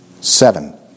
Seven